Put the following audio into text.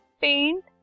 paint